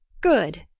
Good